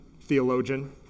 theologian